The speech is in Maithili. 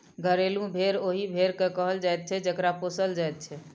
घरेलू भेंड़ ओहि भेंड़ के कहल जाइत छै जकरा पोसल जाइत छै